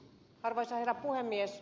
arvoisa herra puhemies